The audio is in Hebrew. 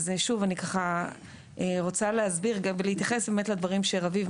אני רוצה להתייחס באמת לדברים שרביב,